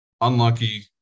Unlucky